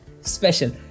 special